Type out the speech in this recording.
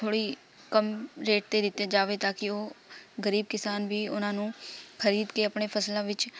ਥੋੜ੍ਹੀ ਕਮ ਰੇਟ 'ਤੇ ਦਿੱਤੇ ਜਾਵੇ ਤਾਂ ਕਿ ਉਹ ਗਰੀਬ ਕਿਸਾਨ ਵੀ ਉਹਨਾਂ ਨੂੰ ਖ਼ਰੀਦ ਕੇ ਆਪਣੇ ਫਸਲਾਂ ਵਿੱਚ